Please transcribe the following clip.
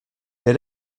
der